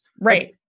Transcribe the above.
Right